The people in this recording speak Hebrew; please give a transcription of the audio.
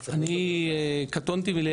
אני קטונתי מלייעץ למחוקקים.